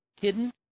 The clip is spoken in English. Hidden